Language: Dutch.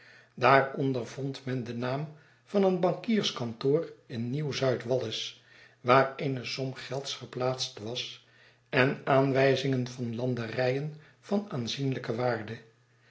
daaronder vond men den naam van een bankierskantoor in n i e u w-z u i dwallis waar eene som gelds geplaatst was en aanwijzingen van landerijen van aanzienlijke waarde